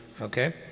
Okay